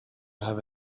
have